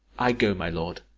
i go, my lord.